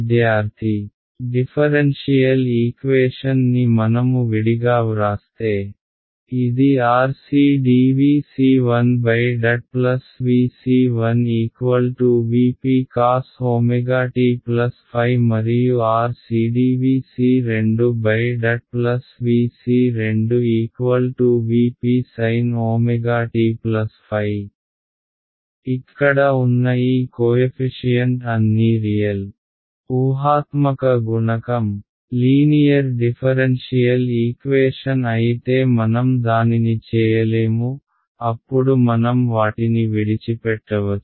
విద్యార్థి differential equation ని మనము విడిగా వ్రాస్తే ఇది Rc dvc1 dt V c 1 V p cos ω t ϕ మరియు R cdv c 2 dt V c 2 V p sin ω t ϕ ఇక్కడ ఉన్న ఈ కోయఫిషియన్ట్ అన్నీ రియల్ ఊహాత్మక గుణకం లీనియర్ డిఫరెన్షియల్ ఈక్వేషన్ అయితే మనం దానిని చేయలేము అప్పుడు మనం వాటిని విడిచిపెట్టవచ్చు